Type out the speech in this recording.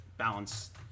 Balance